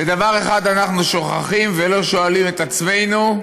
ודבר אחד אנחנו שוכחים ולא שואלים את עצמנו: